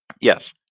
Yes